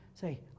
Say